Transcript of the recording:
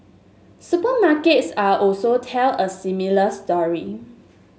supermarkets are also tell a similar story